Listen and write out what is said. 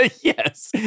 Yes